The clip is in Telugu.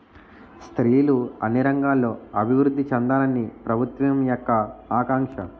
స్త్రీలు అన్ని రంగాల్లో అభివృద్ధి చెందాలని ప్రభుత్వం యొక్క ఆకాంక్ష